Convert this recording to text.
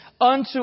unto